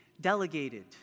delegated